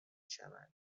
شوند